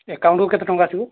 ଆକାଉଣ୍ଟକୁ କେତେ ଟଙ୍କା ଆସିବ